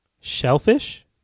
shellfish